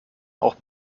auch